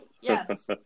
Yes